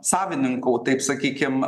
savininkų taip sakykim